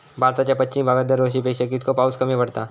भारताच्या पश्चिम भागात दरवर्षी पेक्षा कीतको पाऊस कमी पडता?